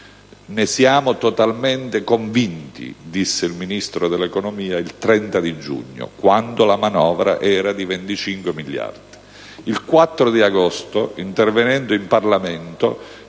«Ne siamo totalmente convinti», disse il Ministro dell'economia il 30 di giugno, quando la manovra era di 25 miliardi. Il 4 agosto, intervenendo in Parlamento,